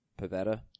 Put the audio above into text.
Pavetta